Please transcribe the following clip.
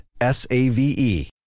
S-A-V-E